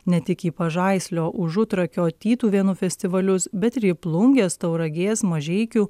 ne tik į pažaislio užutrakio tytuvėnų festivalius bet ir į plungės tauragės mažeikių